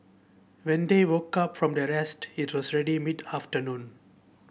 when they woke up from their rest it was ready mid afternoon